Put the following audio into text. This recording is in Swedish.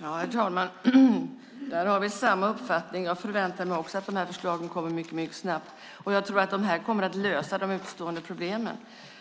Herr talman! Där har jag och Christina Axelsson samma uppfattning. Jag väntar mig också att förslagen kommer mycket snabbt. Jag tror att de kommer att lösa de utestående problemen.